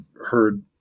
heard